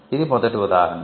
ఇది మొదటి ఉదాహరణ